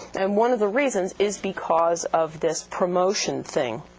and one of the reasons is because of this promotion thing.